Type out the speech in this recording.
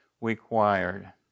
required